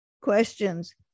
Questions